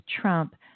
Trump